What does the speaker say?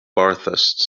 bathurst